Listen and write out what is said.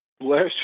last